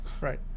Right